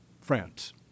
France